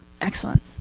excellent